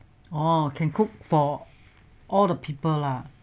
oh can cook for all the people lah